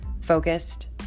focused